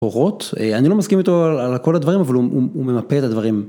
אורות, אני לא מסכים איתו על כל הדברים, אבל הוא ממפה את הדברים.